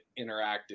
interactive